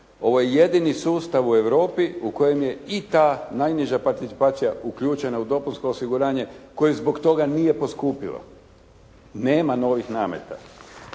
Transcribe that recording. Ovo je jedini sustav u Europi u kojem je i ta najniža participacija uključena u dopunsko osiguranje koje zbog toga nije poskupjelo. Nema novih nameta.